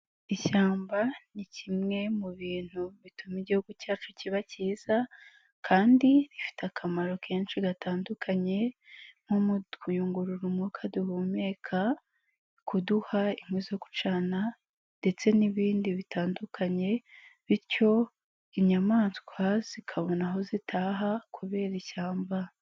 Ishyamba ni kimwe mu bintu bituma igihugu cyacu kiba cyiza kandi rifite akamaro kenshi gatandukanye nko mukuyunguru umwuka duhumeka, kuduha inkwi zo gucana ndetse n'ibindi bitandukanye bityo inyamaswa zikabona aho zitaha kubera ishyamba.